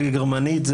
זה גרמנית,